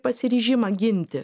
pasiryžimą ginti